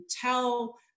tell